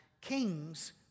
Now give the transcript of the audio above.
kings